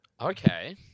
Okay